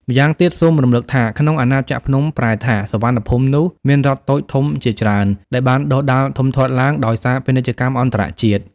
ម្យ៉ាងទៀតសូមរំលឹកថា ក្នុងអាណាចក្រភ្នំប្រែថា សុវណ្ណភូមិនោះ មានរដ្ឋតូចធំជាច្រើន ដែលបានដុះដាលធំធាត់ឡើង ដោយសារពាណិជ្ជកម្មអន្តរជាតិ ។